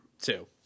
two